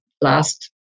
last